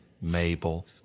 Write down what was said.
Mabel